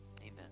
Amen